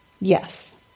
Yes